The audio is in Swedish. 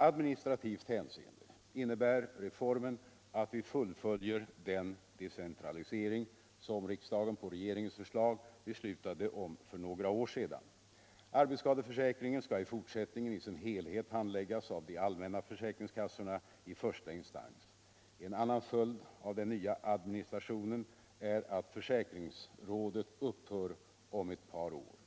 administrativt hänseende innebär reformen att vi fullföljer den decentralisering som riksdagen på regeringens förslag beslutade om för några år sedan. Arbetsskadeförsäkringen skall i fortsättningen i sin helhet handläggas av de allmänna försäkringskassorna i första instans. En annan följd av den nya administrationen är att försäkringsrådet upphör om ett par år.